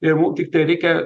ir mum tiktai reikia